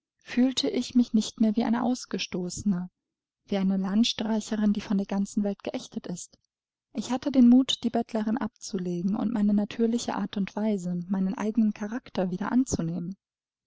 fühlte ich mich nicht mehr wie eine ausgestoßene wie eine landstreicherin die von der ganzen welt geächtet ist ich hatte den mut die bettlerin abzulegen und meine natürliche art und weise meinen eigenen charakter wieder anzunehmen